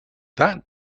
that